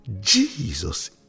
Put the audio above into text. jesus